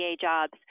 jobs